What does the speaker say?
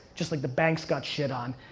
just like the banks got shit on.